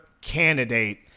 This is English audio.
candidate